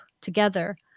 together